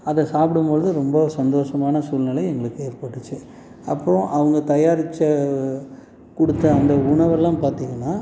அதை சாப்பிடும்பொழுது ரொம்ப சந்தோஷமான சூழ்நிலை எங்களுக்கு ஏற்பட்டுச்சு அப்போது அவங்க தயாரித்த கொடுத்த அந்த உணவெலாம் பார்த்தீங்கன்னா